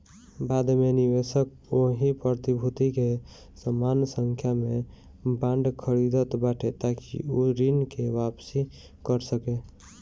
बाद में निवेशक ओही प्रतिभूति के समान संख्या में बांड खरीदत बाटे ताकि उ ऋण के वापिस कर सके